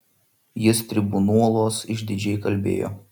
jis tribunoluos išdidžiai kalbėjo